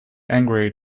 angry